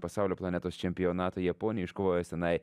pasaulio planetos čempionato japonijoj iškovojęs tenai